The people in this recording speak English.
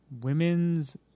women's